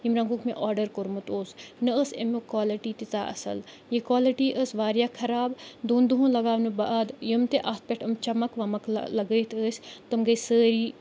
ییٚمہِ رنٛگُک مےٚ آرڈَر کوٚرمُت اوس نہ ٲس امیُک کالٕٹی تیٖژاہ اَصٕل یہِ کالٕٹی ٲس واریاہ خراب دۄن دۄہَن لگاونہٕ بعد یِم تہِ اَتھ پٮ۪ٹھ یِم چمک ومک لگٲیِتھ ٲسۍ تٕم گٔے سٲری